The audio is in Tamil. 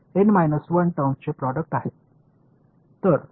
எனவே N 1 வெளிப்பாட்டின் தயாரிப்பு உள்ளது